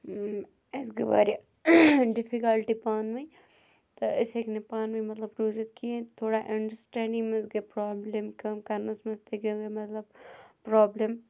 اَسہِ گٔے واریاہ ڈِفِکَلٹی پانہٕ ؤنۍ تہٕ أسۍ ہیٚکۍ نہٕ پانہٕ ؤنۍ مَطلَب روٗزِتھ کِہیٖنۍ تہٕ تھوڑا اَنڈَرسٹینٛڈِنٛگ مَنٛز گٔے پرابلِم کٲم کَرنَس مَنٛز تہِ گٔے مَطلَب پرابلِم